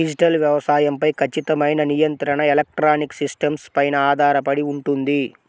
digital వ్యవసాయం పై ఖచ్చితమైన నియంత్రణ ఎలక్ట్రానిక్ సిస్టమ్స్ పైన ఆధారపడి ఉంటుంది